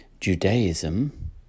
Judaism